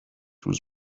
روز